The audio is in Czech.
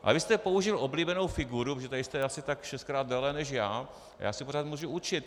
A vy jste použil oblíbenou figuru, protože tady jste asi tak šestkrát déle než já, já se pořád můžu učit.